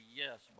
yes